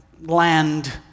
land